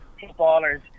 footballers